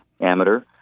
amateur